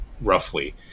roughly